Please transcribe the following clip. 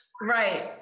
Right